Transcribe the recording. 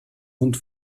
und